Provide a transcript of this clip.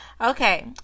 Okay